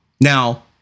Now